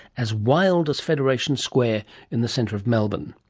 as wild as federation square in the centre of melbourne.